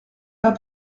pas